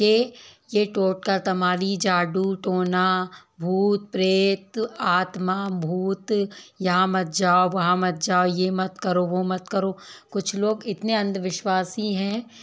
के ये टोटका तमारी जाडू टोना भूत प्रेत आत्मा भूत यहाँ मत जाओ वहाँ मत जाओ ये मत करो वो मत करो कुछ लोग इतने अंधविश्वासी हैं